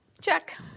check